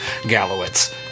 Gallowitz